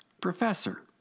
Professor